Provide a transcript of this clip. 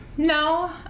No